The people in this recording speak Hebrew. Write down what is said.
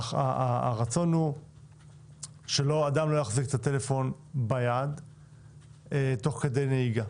הרצון הוא שאדם לא יחזיק את הטלפון ביד תוך כדי נהיגה.